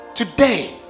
Today